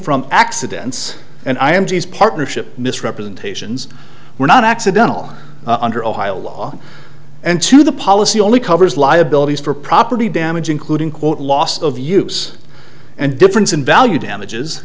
from accidents and i am g s partnership misrepresentations were not accidental under ohio law and to the policy only covers liabilities for property damage including quote loss of use and difference in value damages